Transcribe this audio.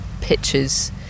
pictures